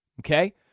Okay